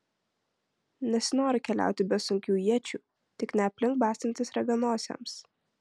nesinori keliauti be sunkių iečių tik ne aplink bastantis raganosiams